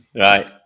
Right